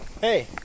Hey